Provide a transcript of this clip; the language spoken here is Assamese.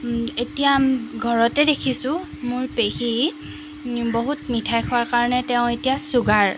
এতিয়া ঘৰতে দেখিছোঁ মোৰ পেহী বহুত মিঠাই খোৱাৰ কাৰণে তেওঁ এতিয়া ছুগাৰ